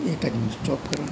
એક જ minute stop કરવાનું